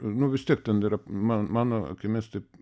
nu vis tiek ten yra man mano akimis taip